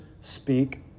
speak